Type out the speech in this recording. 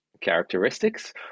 characteristics